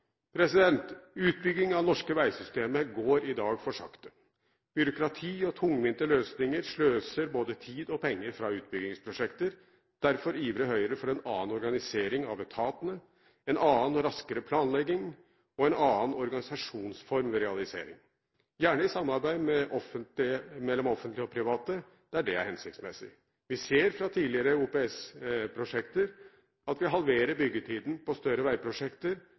Utbygging av norske veisystemer går i dag for sakte. Byråkrati og tungvinte løsninger sløser både tid og penger fra utbyggingsprosjekter. Derfor ivrer Høyre for en annen organisering av etatene, en annen og raskere planlegging og en annen organisasjonsform ved realisering – gjerne i samarbeid mellom offentlige og private, der det er hensiktsmessig. Vi ser fra tidligere OPS-prosjekter at vi halverer byggetiden i større veiprosjekter,